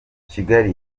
kigali